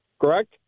Correct